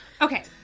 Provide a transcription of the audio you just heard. Okay